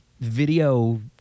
video